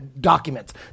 documents